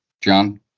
john